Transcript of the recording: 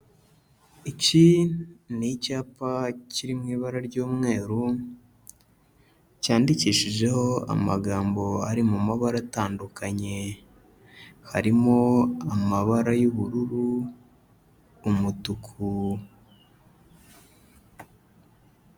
Iki ni icyapa kiri mu ibara ry'umweru, cyandikishijeho amagambo ari mu mabara atandukanye, harimo amabara y'ubururu, umutuku...